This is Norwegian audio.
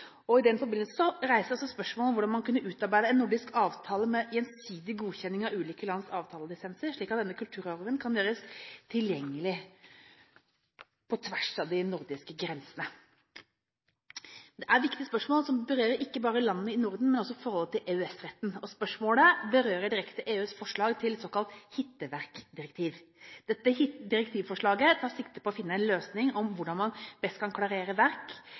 I den forbindelse reiste jeg spørsmålet om hvordan man kunne opparbeide en nordisk avtale med gjensidig godkjenning av ulike lands avtalelisenser, slik at denne kulturarven kan gjøres tilgjengelig på tvers av de nordiske grensene. Det er et viktig spørsmål som berører ikke bare landene i Norden, men også forholdet til EØS-retten. Spørsmålet berører direkte EUs forslag til et såkalt hitteverkdirektiv. Dette direktivforslaget tar sikte på å finne en løsning på hvordan man best kan klarere verk